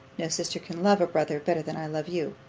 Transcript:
no sister can love a brother better than i love you.